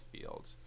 field